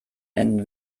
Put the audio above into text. enden